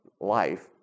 life